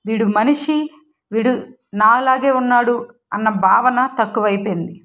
వీడు మనిషి వీడు నాలాగే ఉన్నాడు అన్న భావన తక్కువైపోయింది